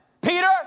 Peter